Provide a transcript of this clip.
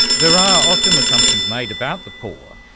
there are often assumptions made about the poor,